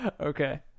Okay